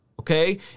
Okay